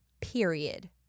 period